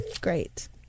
Great